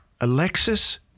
Alexis